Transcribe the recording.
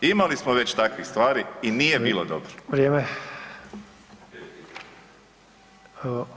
Imali smo već takvih stvari i nije bilo [[Upadica: Vrijeme.]] dobro.